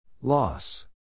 Loss